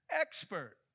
Expert